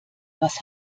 was